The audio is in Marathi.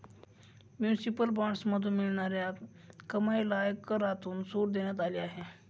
म्युनिसिपल बॉण्ड्समधून मिळणाऱ्या कमाईला आयकरातून सूट देण्यात आली आहे